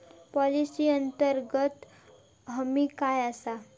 Policy अंतर्गत हमी काय आसा?